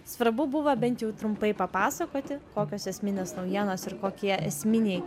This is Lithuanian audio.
svarbu buvo bent jau trumpai papasakoti kokios esminės naujienos ir kokie esminiai